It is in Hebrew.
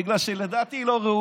בגלל שלדעתי היא לא ראויה,